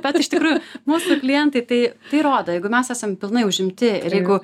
bet iš tikrųjų mūsų klientai tai tai rodo jeigu mes esam pilnai užimti ir jeigu